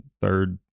third